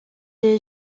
est